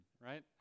right